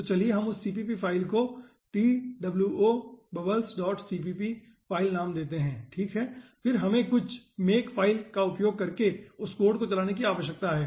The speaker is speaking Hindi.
तो चलिए हमें उस CPP फ़ाइल को twobubblescpp फ़ाइल नाम देते है ठीक है और फिर हमें कुछ makefile का उपयोग करके उस कोड को चलाने की आवश्यकता है